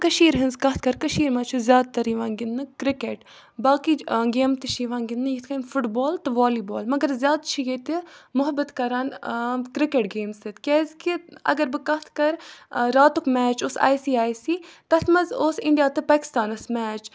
کٔشیٖرِ ہٕنٛز کَتھ کَرٕ کٔشیٖرِ مَنٛز چھِ زیادٕ تَر یِوان گِنٛدنہٕ کِرکَٹ باقٕے گیمہٕ تہِ چھِ یِوان گِنٛدنہٕ یِتھ کٔنۍ فُٹ بال تہٕ والی بال مگر زیادٕ چھِ ییٚتہِ محبت کَران کِرٛکٮ۪ٹ گیمہِ سۭتۍ کیٛازِکہِ اگر بہٕ کَتھ کَرٕ راتُک میچ اوس آی سی آی سی تَتھ منٛز اوس اِنڈیا تہٕ پاکِستانَس میچ